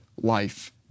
life